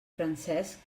francesc